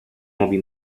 nuovi